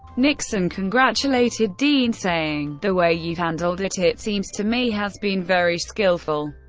nixon congratulated dean, saying, the way you've handled it, it seems to me, has been very skillful,